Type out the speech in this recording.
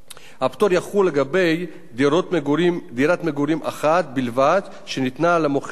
הפטור יחול לגבי דירת מגורים אחת בלבד שניתנה למוכר בתמורה,